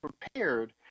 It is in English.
prepared